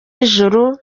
y’ijuru